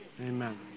Amen